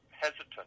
hesitant